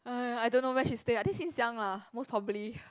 uh I don't know where she stay uh I think since young lah most probably